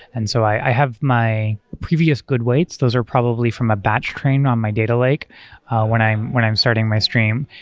and so i have my previous good weights. those are probably from a batch train on my data lake when i'm when i'm starting my stream.